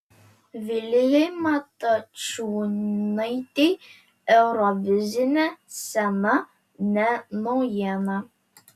vilijai matačiūnaitei eurovizinė scena ne naujiena